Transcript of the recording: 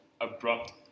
abrupt